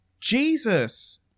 Jesus